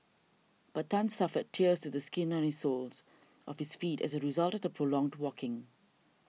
but Tan suffered tears to the skin on his soles of his feet as a result of the prolonged walking